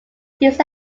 these